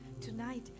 tonight